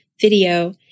video